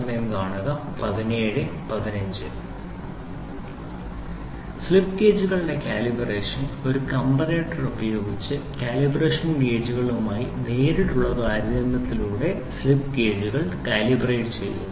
slip ഗേജുകളുടെ calibration ഒരു comparator ഉപയോഗിച്ച് കാലിബ്രേഷൻ ഗേജുമായി നേരിട്ടുള്ള താരതമ്യത്തിലൂടെ സ്ലിപ്പ് ഗേജുകൾ കാലിബ്രേറ്റ് ചെയ്യുന്നു